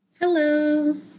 Hello